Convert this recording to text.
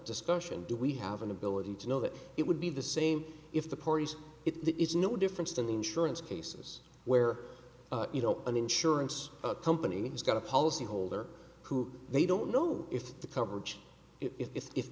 discussion do we have an ability to know that it would be the same if the parties it is no difference to lose surance cases where you know an insurance company has got a policy holder who they don't know if the coverage i